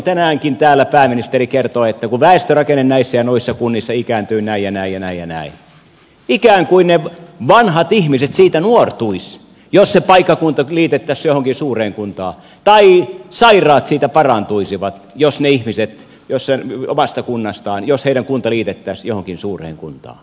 tänäänkin täällä pääministeri kertoi että väestörakenne näissä ja noissa kunnissa ikääntyy näin ja näin ja näin ja näin ikään kuin ne vanhat ihmiset siitä nuortuisivat jos se paikkakunta liitettäisiin johonkin suureen kuntaan tai sairaat siitä parantuisivat jos ne ihmiset ja sen omasta heidän kuntansa liitettäisiin johonkin suureen kuntaan